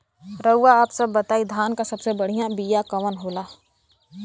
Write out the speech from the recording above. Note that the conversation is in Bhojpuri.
रउआ आप सब बताई धान क सबसे बढ़ियां बिया कवन होला?